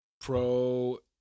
pro-